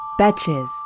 Betches